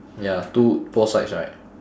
ya two both sides right